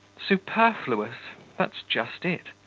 superfluous that's just it.